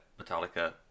Metallica